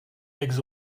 eggs